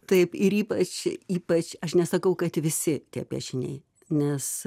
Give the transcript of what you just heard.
taip ir ypač ypač aš nesakau kad visi tie piešiniai nes